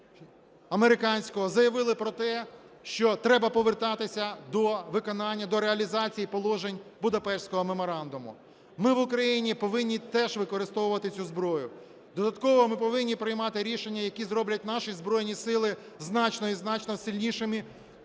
американського заявили про те, що треба повертатися до виконання, до реалізації положень Будапештського меморандуму. Ми в Україні повинні теж використовувати цю зброю. Додатково ми повинні приймати рішення, які зроблять наші Збройні Сили значно і значно сильнішими